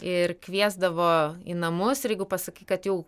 ir kviesdavo į namus ir jeigu pasakai kad jau